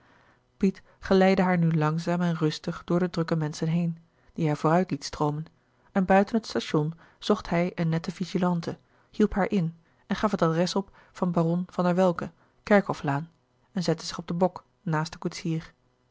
piet geleidde haar nu langzaam en rustig door de drukke menschen heen die hij vooruit liet stroomen en buiten het station zocht hij een nette vigilante hielp haar in en gaf het adres op van baron van der welcke kerkhoflaan en zette zich op den bok naast den koetsier